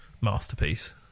masterpiece